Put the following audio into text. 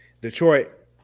Detroit